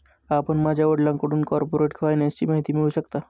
आपण माझ्या वडिलांकडून कॉर्पोरेट फायनान्सची माहिती मिळवू शकता